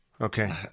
Okay